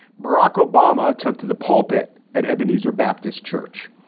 barack obama, took to the pulpit at ebenezer baptist church.